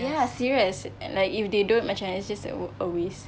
ya serious and like if they don't macam it's just a wa~ waste